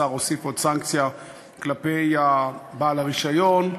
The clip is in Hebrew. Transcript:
השר הוסיף עוד סנקציה כלפי בעל הרישיון,